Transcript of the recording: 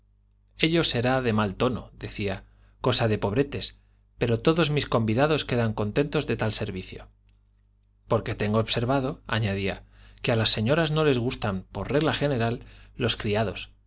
ello será de mal tono decía cosa de pobretes pero todos mis convidados quedan contentos de tal servicio porque tengo observado añadía que a las señoras no les gustan por regla general los criados